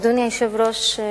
אדוני היושב-ראש,